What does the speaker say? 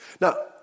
Now